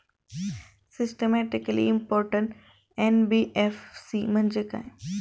Systematically important NBFC म्हणजे काय?